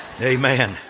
Amen